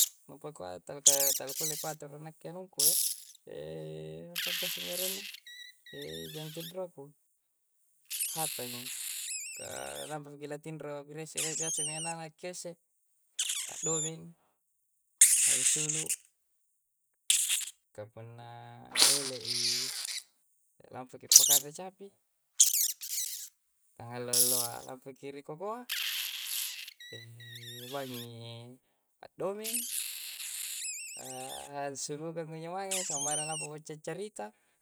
talakkule ku atoro nakke anungku do, apangkusse injo arenna? jang tinroku. Haatangi, ka lampa maki na tinro, rie'sse re' biasa ana'-ana' akkeo' isse, addomeng, ansulu'. Ka punna ele'i, lampaki appakanre capi, tangngallo alloa, lampa ki ri kokoa. bangngi i, addomeng, ansulukang kunjo mange sambarang lampa accari-ccarita.